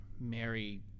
Mary